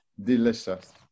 Delicious